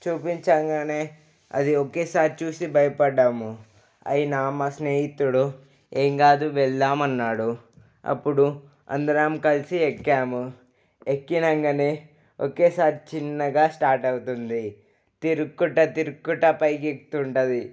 చూపించంగానే అది ఒకేసారి చూసి భయపడ్డాము అయినా మా స్నేహితుడు ఏం కాదు వెళ్దాం అన్నాడు అప్పుడు అందరం కలిసి ఎక్కాము ఎక్కినంగానే ఒకేసారి చిన్నగా స్టార్ట్ అవుతుంది తిరుక్కుంటూ తిరుక్కుంటూ పైకి ఎక్కుతూ ఉంటుంది